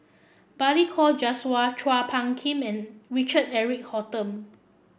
Balli Kaur Jaswal Chua Phung Kim and Richard Eric Holttum